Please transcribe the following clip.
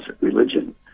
religion